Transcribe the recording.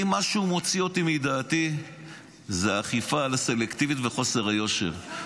אם משהו מוציא אותי מדעתי זו האכיפה הסלקטיבית וחוסר היושר.